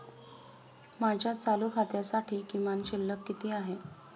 माझ्या चालू खात्यासाठी किमान शिल्लक किती आहे?